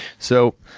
so,